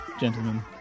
gentlemen